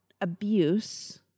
abuse